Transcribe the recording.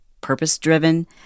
purpose-driven